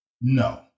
No